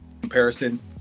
comparisons